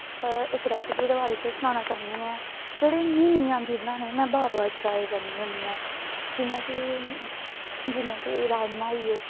नमस्ते जी में तुसेंगी इक रेसपी बारै च सनाना चाह्नियां जेह्ड़े मिगी नेईं आंदी बनाने बार बार ट्राई करनी होनी आं जियां कि राजमां होइये